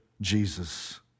Jesus